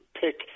pick –